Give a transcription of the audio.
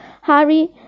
Harry